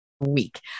week